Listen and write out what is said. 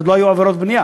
ואז לא היו עבירות בנייה.